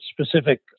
specific